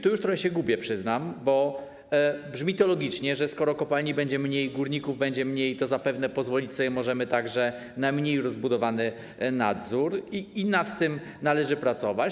Tu już trochę się gubię, przyznam, bo brzmi to logicznie, że skoro kopalń będzie mniej, górników będzie mniej, to zapewne pozwolić sobie możemy także na mniej rozbudowany nadzór i nad tym należy pracować.